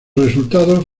resultados